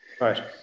Right